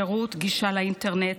שירות גישה לאינטרנט,